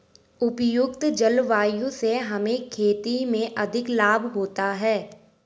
उपयुक्त जलवायु से हमें खेती में अधिक लाभ होता है